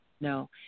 no